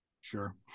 Sure